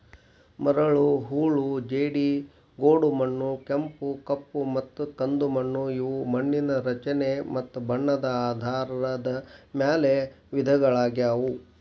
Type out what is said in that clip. ಮರಳು, ಹೂಳು ಜೇಡಿ, ಗೋಡುಮಣ್ಣು, ಕೆಂಪು, ಕಪ್ಪುಮತ್ತ ಕಂದುಮಣ್ಣು ಇವು ಮಣ್ಣಿನ ರಚನೆ ಮತ್ತ ಬಣ್ಣದ ಆಧಾರದ ಮ್ಯಾಲ್ ವಿಧಗಳಗ್ಯಾವು